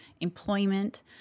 employment